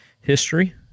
history